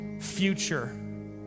future